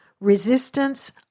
resistance